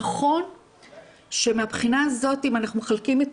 נכון שמהבחינה הזאת אם אנחנו מחלקים את